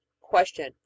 question